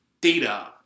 data